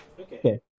Okay